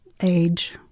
age